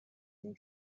این